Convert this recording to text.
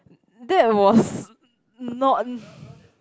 that was not